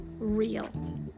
real